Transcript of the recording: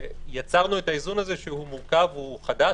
יצרנו את האיזון הזה שהוא מורכב והוא חדש,